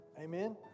Amen